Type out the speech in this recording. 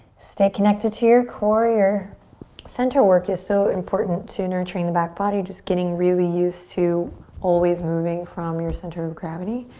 stay connected to your core, your center work is so important to nurturing the back body. just getting really used to always moving from your center of gravity.